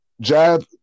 Jab